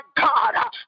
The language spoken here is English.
God